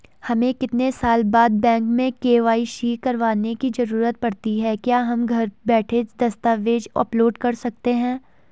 हमें कितने साल बाद बैंक में के.वाई.सी करवाने की जरूरत पड़ती है क्या हम घर बैठे दस्तावेज़ अपलोड कर सकते हैं?